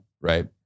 right